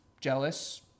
jealous